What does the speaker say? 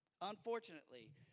Unfortunately